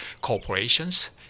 corporations